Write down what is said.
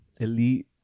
elite